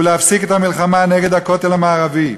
ולהפסיק את המלחמה נגד הכותל המערבי.